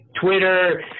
Twitter